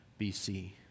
BC